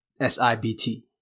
SIBT